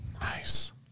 Nice